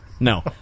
No